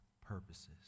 purposes